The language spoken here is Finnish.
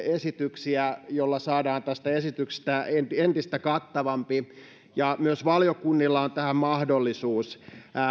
esityksiä millä saadaan tästä esityksestä entistä kattavampi ja myös valiokunnilla on tähän mahdollisuus